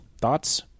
thoughts